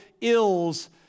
ills